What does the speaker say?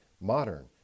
modern